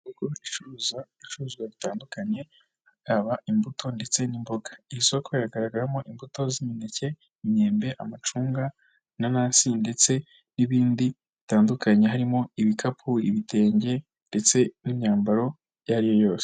Isoko ricuruza ibicuruzwa bitandukanye byaba imbuto, ndetse n'imboga. Iri soko riragaragaramo imbuto z'imineke, imyembe, amacunga, inanasi ndetse n'ibindi bitandukanye harimo ibikapu, ibitenge, ndetse n'imyambaro iyo ari yo yose.